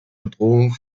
bedrohung